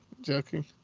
joking